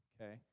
okay